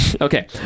Okay